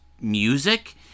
music